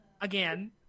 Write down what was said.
again